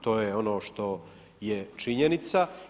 To je ono što je činjenica.